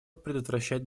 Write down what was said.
предотвращать